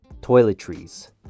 Toiletries